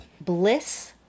Bliss-